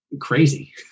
crazy